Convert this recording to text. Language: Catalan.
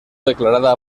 declarada